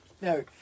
No